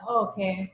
okay